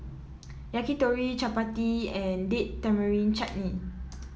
Yakitori Chapati and Date Tamarind Chutney